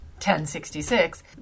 1066